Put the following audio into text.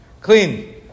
Clean